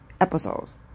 episodes